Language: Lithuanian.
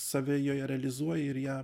save joje realizuoji ir ją